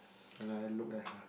when I look at her